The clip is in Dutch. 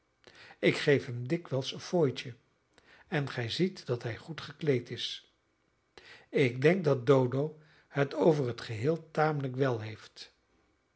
ik geef hem dikwijls een fooitje en gij ziet dat hij goed gekleed is ik denk dat dodo het over het geheel tamelijk wel heeft